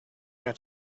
had